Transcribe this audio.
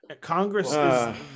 congress